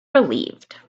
relieved